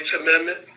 Amendment